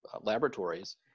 laboratories